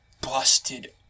busted